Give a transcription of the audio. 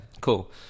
cool